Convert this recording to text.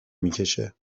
میکشه